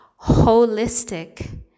holistic